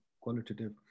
qualitative